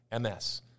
MS